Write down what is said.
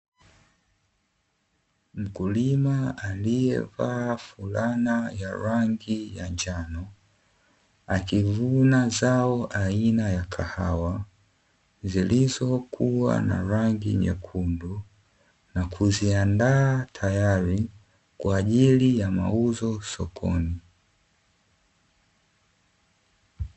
Mkulima alievaa fulana ya rangi ya njano, akivuna zao aina ya kahawa zilizokuwa na rangi nyekundu na kuziandaa tayari kwa ajili ya mauzo sokoni.